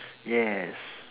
yes